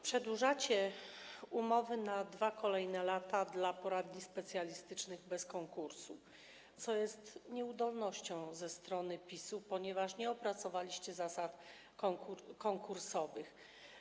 Przedłużacie umowy na kolejne 2 lata dla poradni specjalistycznych bez konkursu, co jest nieudolnością ze strony PiS-u, ponieważ nie opracowaliście zasad konkursowych.